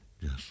Yes